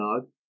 Dog